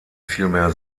vielmehr